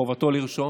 חובתו לרשום,